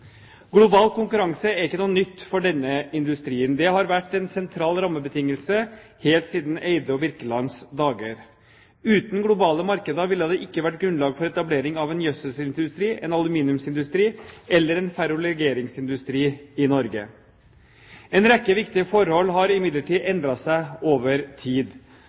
Global konkurranse er ikke noe nytt for denne industrien. Det har vært en sentral rammebetingelse helt siden Eyde og Birkelands dager. Uten globale markeder ville det ikke ha vært grunnlag for etablering av en gjødselsindustri, en aluminiumsindustri eller en ferrolegeringsindustri i Norge. En rekke viktige forhold har imidlertid endret seg over tid.